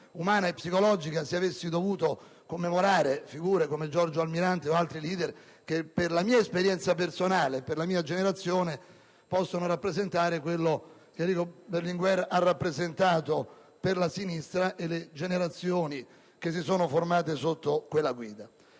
umana e psicologica se avessi dovuto commemorare figure come Giorgio Almirante o altri leader che, per la mia esperienza personale e per la mia generazione, possono rappresentare quello che Enrico Berlinguer ha rappresentato per la sinistra e per le generazioni che si sono formate sotto quella guida.